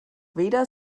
weder